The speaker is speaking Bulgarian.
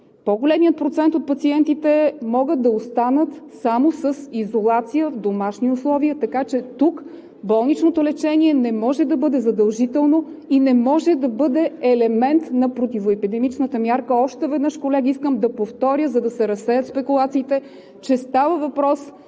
По-големият процент от пациентите могат да останат само с изолация в домашни условия, така че тук болничното лечение не може да бъде задължително и не може да бъде елемент на противоепидемичната мярка. Още веднъж, колеги, искам да повторя, за да се разсеят спекулациите, че става въпрос